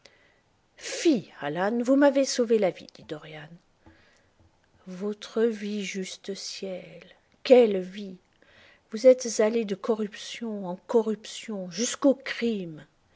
vous m'avez sauvé la vie dit dorian votre vie juste ciel quelle vie vous êtes allé de corruptions en corruptions jusqu'au crime